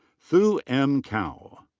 thu m. cao.